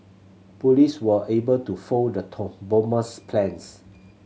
police were able to foil the bomber's plans